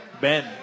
Ben